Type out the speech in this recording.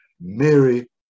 Mary